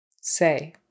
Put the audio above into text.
Say